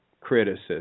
criticism